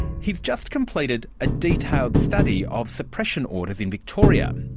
he's just completed a detailed study of suppression orders in victoria.